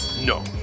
No